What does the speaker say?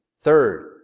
Third